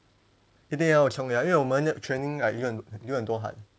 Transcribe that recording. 一点要冲浪因为我们 training like 流流很多汗